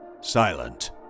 silent